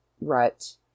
rut